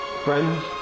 friends